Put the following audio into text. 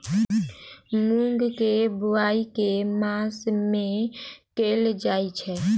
मूँग केँ बोवाई केँ मास मे कैल जाएँ छैय?